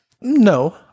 No